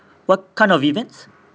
what kind of events